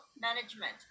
management